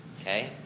okay